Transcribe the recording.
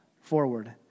forward